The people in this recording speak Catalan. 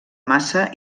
massa